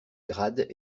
grades